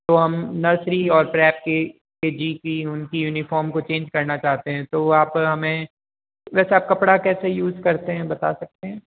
तो हम नर्सरी और प्रेप की के जी की उनकी यूनिफॉर्म को चेंज करना चाहते हैं तो आप हमें वैसे कपड़ा कैसे यूज़ करते हैं बता सकते हैं